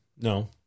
No